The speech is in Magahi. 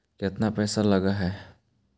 केतना पैसा लगय है?